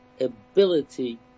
ability